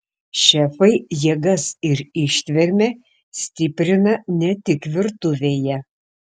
šefai jėgas ir ištvermę stiprina ne tik virtuvėje